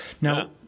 Now